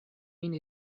min